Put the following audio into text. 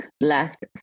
left